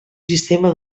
sistema